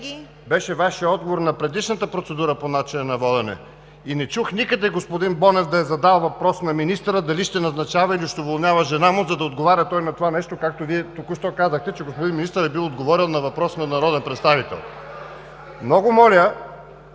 ЕРМЕНКОВ: ...на предишната процедура по начина на водене и не чух никъде господин Бонев да е задал въпрос на министъра дали ще назначава, или ще уволнява жена му, за да отговаря той на това нещо, както Вие току-що казахте – че господин министърът е бил отговорил на въпрос на народен представител. (Шум